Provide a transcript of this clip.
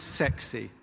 sexy